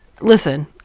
listen